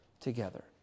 together